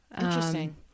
Interesting